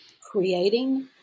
creating